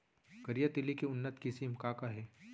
करिया तिलि के उन्नत किसिम का का हे?